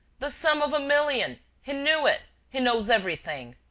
the sum of a million! he knew it. he knows everything.